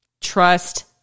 Trust